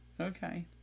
Okay